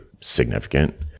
significant